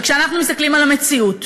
וכשאנחנו מסתכלים על המציאות